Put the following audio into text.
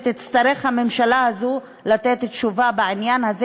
והממשלה הזו תצטרך לתת תשובה בעניין הזה